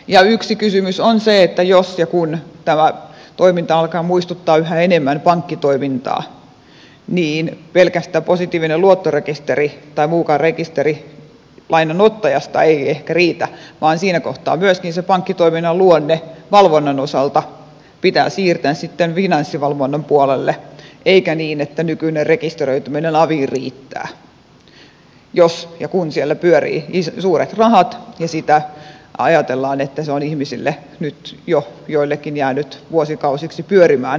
ja yksi kysymys on se että jos ja kun tämä toiminta alkaa muistuttaa yhä enemmän pankkitoimintaa niin pelkästään positiivinen luottorekisteri tai muukaan rekisteri lainanottajasta ei ehkä riitä vaan siinä kohtaa myöskin se pankkitoiminnan luonne valvonnan osalta pitää siirtää finanssivalvonnan puolelle eikä niin että nykyinen rekisteröityminen aviin riittää jos ja kun siellä pyörii suuret rahat ja ajatellaan että tämä lainoittamismahdollisuus on joillekin ihmisille nyt jo jäänyt vuosikausiksi pyörimään